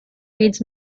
reads